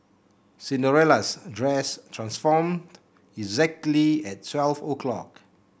Cinderella's dress transformed exactly at twelve o'clock